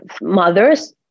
mothers